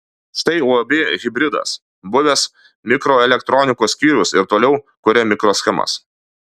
štai uab hibridas buvęs mikroelektronikos skyrius ir toliau kuria mikroschemas